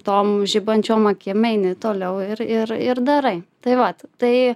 tom žibančiom akim eini toliau ir ir ir darai tai vat tai